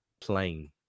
plain